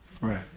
Right